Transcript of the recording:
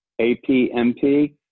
APMP